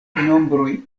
nombroj